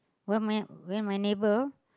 when my when my neighbor